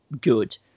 good